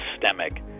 systemic